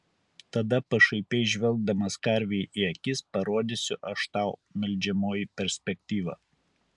tada pašaipiai žvelgdamas karvei į akis parodysiu aš tau melžiamoji perspektyvą